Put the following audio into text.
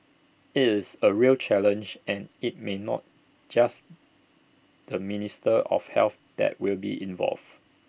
IT is A real challenge and IT may not just the minister of health that will be involved